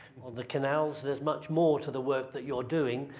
or the canals. there's much more to the work that you're doing.